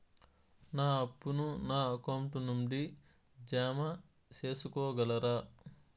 నా అప్పును నా అకౌంట్ నుండి జామ సేసుకోగలరా?